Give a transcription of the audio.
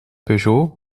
peugeot